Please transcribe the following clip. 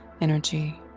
energy